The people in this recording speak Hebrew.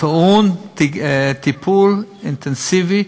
טעון טיפול אינטנסיבי.